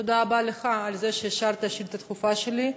תודה רבה לך על זה שאישרת שאילתה דחופה שלי.